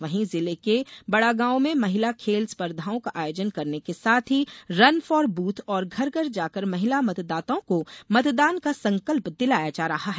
वहीं जिले के बडागांव में महिला खेल स्पर्धाओं का आयोजन करने के साथ ही रन फार बूथ और घर घर जाकर महिला मतदाआओं को मतदान का संकल्प दिलाया जा रहा है